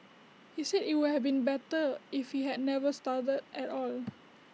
he said IT would have been better if he had never started at all